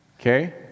Okay